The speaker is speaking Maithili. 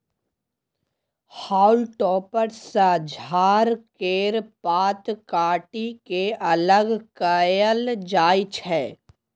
हाउल टॉपर सँ झाड़ केर पात काटि के अलग कएल जाई छै